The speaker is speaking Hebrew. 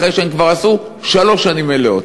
אחרי שהם כבר עשו שלוש שנים מלאות.